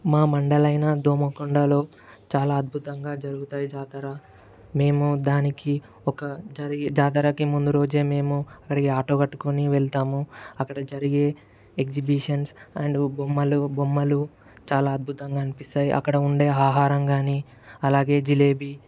మా మండలైన దోమకొండలో చాలా అద్భుతంగా జరుగుతాయి జాతర మేము దానికి ఒక జరిగే జాతరకి ముందు రోజే మేము మరి ఆటో కట్టుకొని వెళ్తాము అక్కడ జరిగే ఎగ్జిబిషన్స్ అండ్ బొమ్మలు బొమ్మలు చాలా అద్భుతంగా అనిపిస్తాయి అక్కడ ఉండే ఆహారం కానీ అలాగే జిలేబి